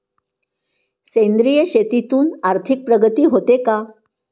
सेंद्रिय शेतीतून आर्थिक प्रगती होते का?